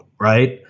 right